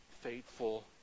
faithful